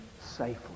safely